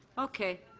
okay.